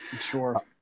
Sure